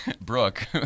Brooke